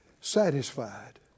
satisfied